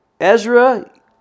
Ezra